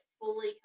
fully